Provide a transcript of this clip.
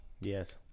Yes